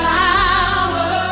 power